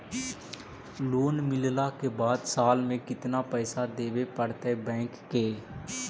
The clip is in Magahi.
लोन मिलला के बाद साल में केतना पैसा देबे पड़तै बैक के?